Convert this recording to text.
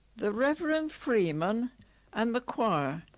the reverend freeman and the choir.